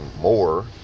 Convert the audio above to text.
more